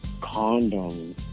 condom